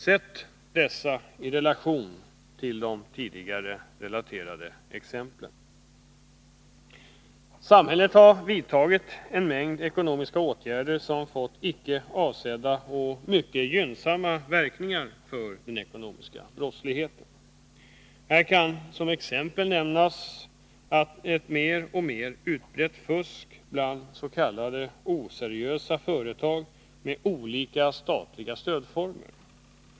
Sätt detta belopp i relation till dem i de tidigare relaterade exemplen! Samhället har vidtagit en mängd ekonomiska åtgärder som fått icke avsedda och mycket gynnsamma verkningar för den ekonomiska brottsligheten. Här kan som exempel nämnas ett mer och mer utbrett fusk bland s.k. oseriösa företag med olika statliga stödformer.